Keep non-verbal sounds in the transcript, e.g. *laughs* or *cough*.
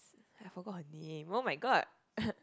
I forgot her name oh-my-god *laughs*